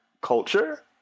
culture